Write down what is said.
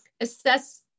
Assess